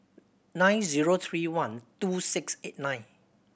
nine zero three one two six eight nine